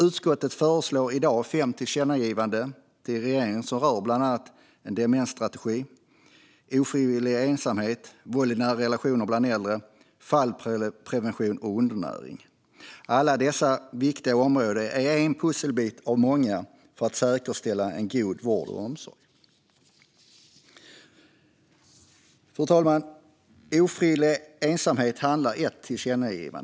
Utskottet föreslår i dag fem tillkännagivanden till regeringen som rör bland annat en demensstrategi, ofrivillig ensamhet, våld i nära relationer bland äldre, fallprevention och undernäring. Alla dessa områden är viktiga och en pusselbit av många för att säkerställa en god vård och omsorg. Fru talman! Ett tillkännagivande handlar om ofrivillig ensamhet.